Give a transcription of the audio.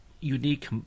unique